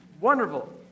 Wonderful